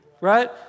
right